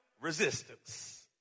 resistance